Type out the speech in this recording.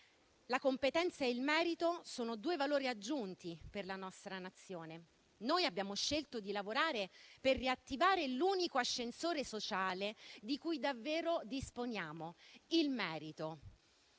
la competenza e il merito sono due valori aggiunti per la nostra Nazione. Continuava dicendo: «Noi abbiamo scelto di lavorare per riattivare l'unico ascensore sociale di cui davvero disponiamo, che